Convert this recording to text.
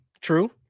True